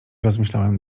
rozmyślałem